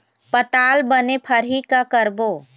पताल बने फरही का करबो?